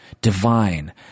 divine